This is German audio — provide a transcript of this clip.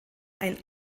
ein